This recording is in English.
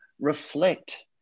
reflect